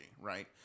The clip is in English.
right